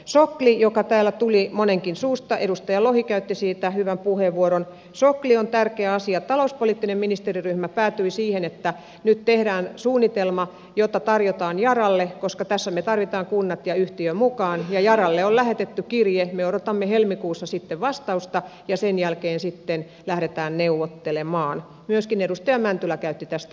sopii joka täällä tuli monenkin suusta edustaja lohi käyty siitä hyvän puheenvuoron sokkeli on tärkeä asia talouspoliittinen ministeriryhmä päätyi siihen että nyt tehdään suunnitelma jota tarjotaan jaralle koska pääsemme tarvitaan kunnat ja yhtiön mukaan ja jaro on jo lähetetty kirje jartammihelmikuussa sitten vastausta ja sen jälkeen sitten lähdetään neuvottelemaan myöskin edustaja mäntylä käytti tästä